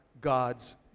God's